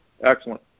Excellent